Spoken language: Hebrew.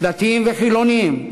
דתיים וחילונים,